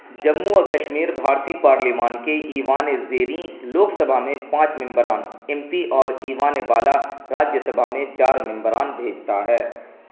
جموں و کشمیر بھارتی پارلیمان کے ایوان زیریں لوک سبھا میں پانچ ممبران ایم پی اور ایوان بالا راجیہ سبھا میں چار ممبران بھیجتا ہے